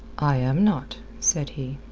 i am not, said he.